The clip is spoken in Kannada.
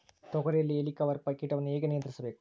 ತೋಗರಿಯಲ್ಲಿ ಹೇಲಿಕವರ್ಪ ಕೇಟವನ್ನು ಹೇಗೆ ನಿಯಂತ್ರಿಸಬೇಕು?